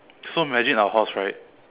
so imagine our house right